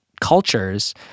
cultures